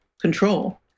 control